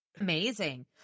Amazing